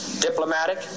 diplomatic